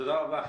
תודה רבה.